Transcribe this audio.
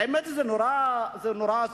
האמת, זה נורא עצוב.